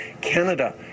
Canada